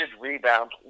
rebound